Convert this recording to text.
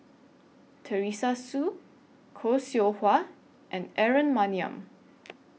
Teresa Hsu Khoo Seow Hwa and Aaron Maniam